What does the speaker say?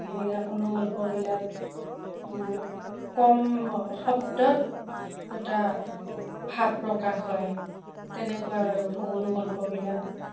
এইবিলাক অনুগল্পবিলাক কম শব্দত এটা ভাৱ প্ৰকাশ হয় তেনেকুৱা বাৰু অনুগল্পবিলাক